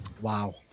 wow